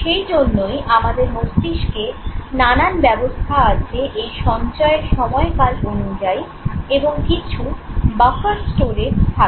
সেই জন্যই আমাদের মস্তিষ্কে নানান ব্যবস্থা আছে এই সঞ্চয়ের সময়কাল অনুযায়ী এবং কিছু "বাফার স্টোরেজ" থাকে